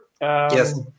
Yes